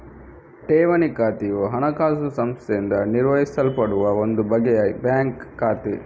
ಠೇವಣಿ ಖಾತೆಯು ಹಣಕಾಸು ಸಂಸ್ಥೆಯಿಂದ ನಿರ್ವಹಿಸಲ್ಪಡುವ ಒಂದು ಬಗೆಯ ಬ್ಯಾಂಕ್ ಖಾತೆ